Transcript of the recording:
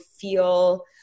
feel